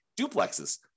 duplexes